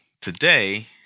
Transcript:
today